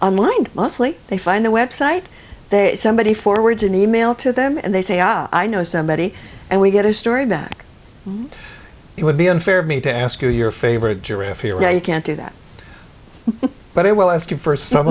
online mostly they find the website that somebody forwards an email to them and they say ah i know somebody and we get a story back it would be unfair of me to ask you your favorite giraffe here now you can't do that but i will ask you first some